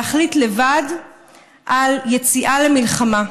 להחליט לבד על יציאה למלחמה.